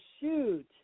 shoot